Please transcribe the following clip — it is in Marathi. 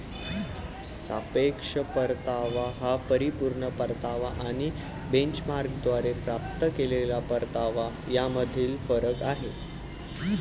सापेक्ष परतावा हा परिपूर्ण परतावा आणि बेंचमार्कद्वारे प्राप्त केलेला परतावा यामधील फरक आहे